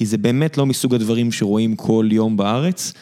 כי זה באמת לא מסוג הדברים שרואים כל יום בארץ.